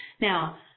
Now